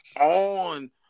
on